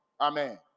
amen